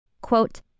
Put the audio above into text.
quote